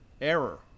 error